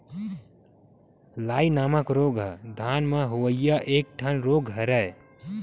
लाई नामक रोग ह धान म होवइया एक ठन रोग हरय